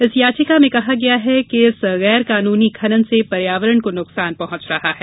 इस याचिका में कहा गया है कि इस गैरकानूनी खनन से पर्यावरण को नुकसान पहुंच रहा है